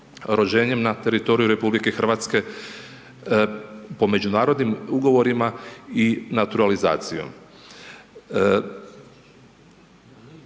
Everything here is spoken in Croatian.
rođenje na teritoriju RH, po međunarodnim ugovorima i naturalizacijom.